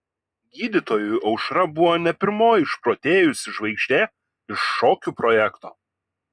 gydytojui aušra buvo ne pirmoji išprotėjusi žvaigždė iš šokių projekto